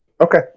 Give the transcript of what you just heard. Okay